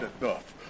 enough